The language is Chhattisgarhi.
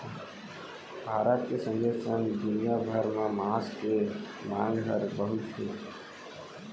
भारत के संगे संग दुनिया भर म मांस के मांग हर बहुत हे